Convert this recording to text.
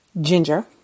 ginger